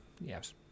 Yes